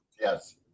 Yes